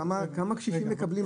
כמה קשישים מקבלים?